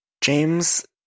James